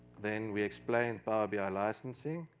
then we explain power bi licensing.